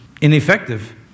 ineffective